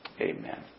Amen